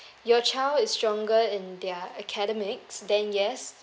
your child is stronger in their academics then yes